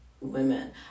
women